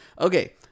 Okay